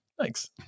Thanks